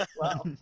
Wow